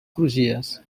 crugies